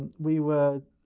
and we were